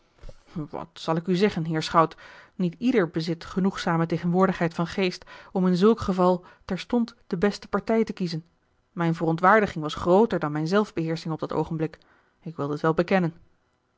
wat zal ik u zeggen heer schout niet ieder bezit genoegzame tegenwoordigheid van geest om in zulk geval terstond de beste partij te kiezen mijne verontwaardiging was grooter dan mijne zelfbeheersching op dat oogenblik ik wil dit wel bekennen